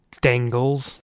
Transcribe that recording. Dangles